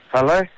Hello